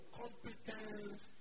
competence